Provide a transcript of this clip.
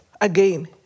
Again